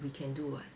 we can do [what]